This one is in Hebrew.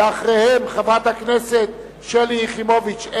אחריהם חברת הכנסת שלי יחימוביץ,